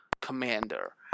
commander